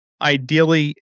ideally